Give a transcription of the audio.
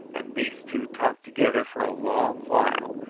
and these two talked together for a long while,